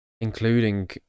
including